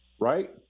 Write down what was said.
right